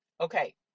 okay